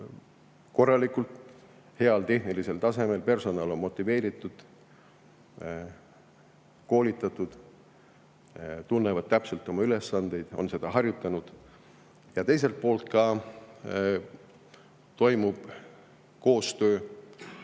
korralikult, heal tehnilisel tasemel. Personal on motiveeritud, koolitatud, tunneb täpselt oma ülesandeid ja on neid harjutanud. Teiselt poolt toimub koostöö